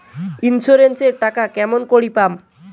Insurance এর টাকা কেমন করি পাম?